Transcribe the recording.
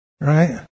Right